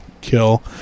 kill